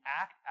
act